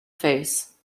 face